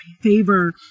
favor